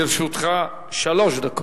לרשותך שלוש דקות.